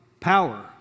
power